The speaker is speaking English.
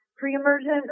Pre-emergent